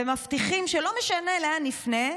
ומבטיחים שלא משנה לאן נפנה,